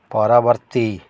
ପରବର୍ତ୍ତୀ